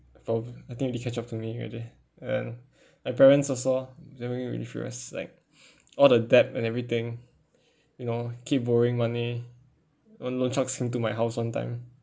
prob~ I think already catch up to me already and my parents also they make me really furious like all the debt and everything you know keep borrowing money lo~ loan sharks came to my house one time